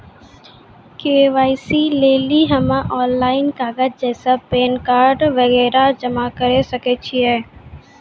KYC लेली हम्मय online कागज जैसे पैन कार्ड वगैरह जमा करें सके छियै?